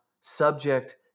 subject